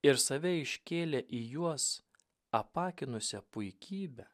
ir save iškėlė į juos apakinusią puikybę